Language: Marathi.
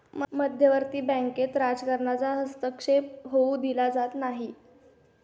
मध्यवर्ती बँकेत राजकारणाचा हस्तक्षेप होऊ दिला जात नाही